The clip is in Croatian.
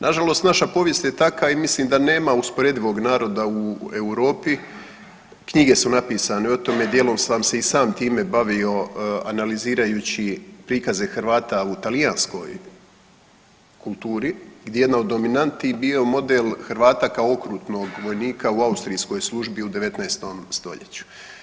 Nažalost, naša povijest je takva i mislim da nema usporedivog naroda u Europi, knjige su napisane o tome, dijelom sam se i sam time bavio analizirajući prikaze Hrvata u talijanskoj kulturi gdje je jedna od dominantnih bio model Hrvata kao okrutnog vojnika u austrijskoj službi u 19. stoljeću.